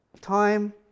Time